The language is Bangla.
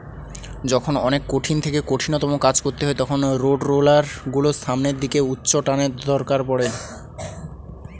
যখন অনেক কঠিন থেকে কঠিনতম কাজ করতে হয় তখন রোডরোলার গুলোর সামনের দিকে উচ্চটানের দরকার পড়ে